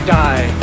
die